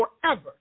forever